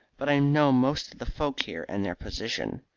but i know most of the folk here and their position.